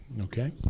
okay